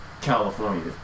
California